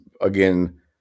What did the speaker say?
again